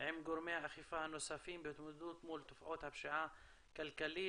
עם גורמי האכיפה הנוספים בהתמודדות מול תופעות הפשיעה הכלכלית.